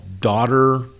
daughter